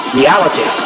reality